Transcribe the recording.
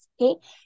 okay